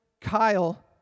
Kyle